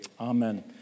Amen